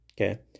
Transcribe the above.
okay